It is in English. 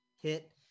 hit